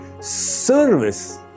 Service